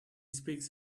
speaks